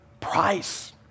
price